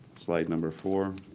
slide number four.